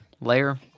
layer